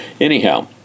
anyhow